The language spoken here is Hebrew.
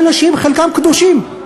הם שקופים בעיניך.